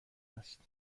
است